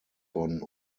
von